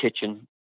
kitchen